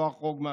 לא אחרוג מהזמן,